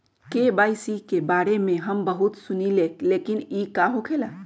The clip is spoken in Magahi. के.वाई.सी के बारे में हम बहुत सुनीले लेकिन इ का होखेला?